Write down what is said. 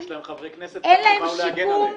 יש להם חברי כנסת שנמצאים כאן כדי להגן עליהם.